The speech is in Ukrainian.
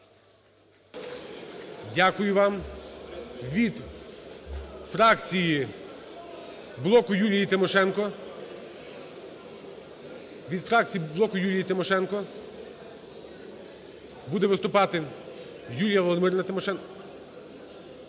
від фракції "Блоку Юлії Тимошенко" буде виступати Юлія Володимирівна Тимошенко.